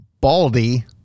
Baldy